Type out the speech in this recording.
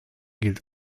gilt